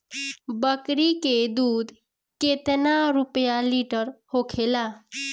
बकड़ी के दूध केतना रुपया लीटर होखेला?